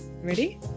Ready